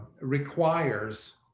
requires